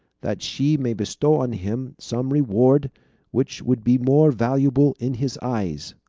that she may bestow on him some reward which would be more valuable in his eyes.